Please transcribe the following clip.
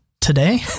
today